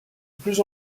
plus